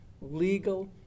legal